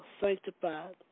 sanctified